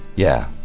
yeah.